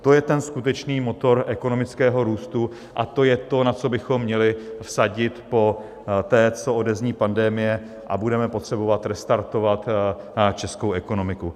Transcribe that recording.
To je ten skutečný motor ekonomického růstu a to je to, na co bychom měli vsadit poté, co odezní pandemie a budeme potřebovat restartovat českou ekonomiku.